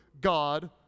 God